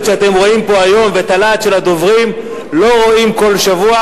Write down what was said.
שאתם רואים פה היום ואת הלהט של הדוברים לא רואים כל שבוע.